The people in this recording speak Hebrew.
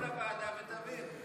בוא לוועדה ותבין.